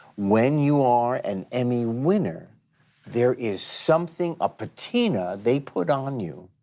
when you are an emmy winner there is something, a patina they put on you